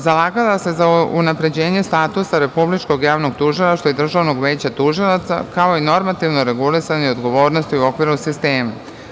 Zalagala se za unapređenje statusa Republičkog javnog tužilaštva i Državnog veća tužilaca, kao i normativno regulisanje odgovornosti u okviru sistema.